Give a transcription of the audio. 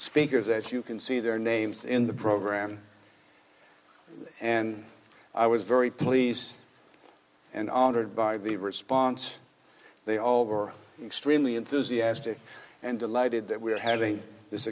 speakers as you can see their names in the program and i was very pleased and honored by the response they all were extremely enthusiastic and delighted that we're having this